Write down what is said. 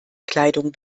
kleidung